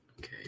Okay